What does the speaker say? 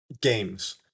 games